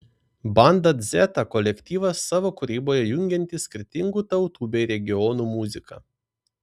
banda dzeta kolektyvas savo kūryboje jungiantis skirtingų tautų bei regionų muziką